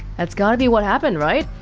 that's gotta be what happened, right?